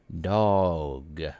dog